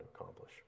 accomplish